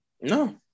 No